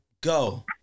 Go